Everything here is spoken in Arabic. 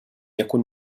يكن